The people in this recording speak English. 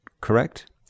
correct